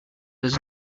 does